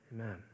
amen